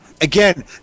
again